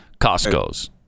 Costco's